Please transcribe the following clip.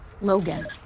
Logan